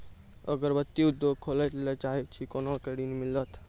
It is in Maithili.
अगरबत्ती उद्योग खोले ला चाहे छी कोना के ऋण मिलत?